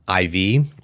IV